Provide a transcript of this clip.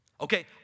Okay